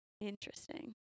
Interesting